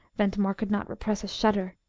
ventimore could not repress a shudder.